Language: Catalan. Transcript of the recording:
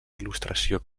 il·lustració